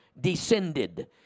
descended